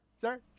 sir